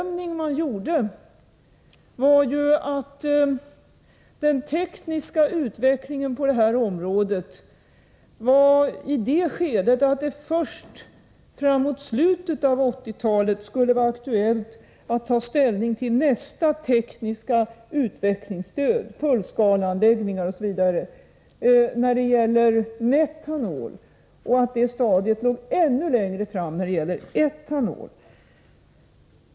Man gjorde bedömningen att den tekniska utvecklingen på detta område befann sig i det skedet att det först framåt slutet av 1980-talet skulle vara aktuellt att ta ställning till nästa tekniska utvecklingsstöd, fullskaleanläggningar osv. när det gäller metanol och att det stadiet låg ännu längre fram beträffande etanol.